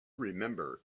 remember